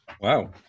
wow